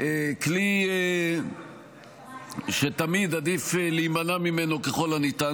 כלי שתמיד עדיף להימנע ממנו ככל הניתן,